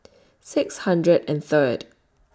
six hundred and Third